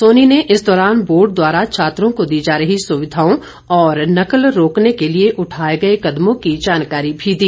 सोनी ने इस दौरान बोर्ड द्वारा छात्रों को दी जा रही सुविधाओं और नकल रोकने के लिए उठाए गए कदमों की जानकारी भी दी